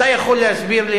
אתה יכול להסביר לי,